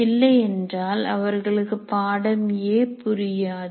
இல்லையென்றால் அவர்களுக்கு பாடம் A புரியாது